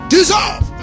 Dissolve